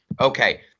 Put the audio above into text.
Okay